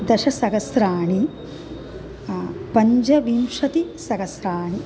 दशसहस्रं पञ्चविंशतिसहस्रम्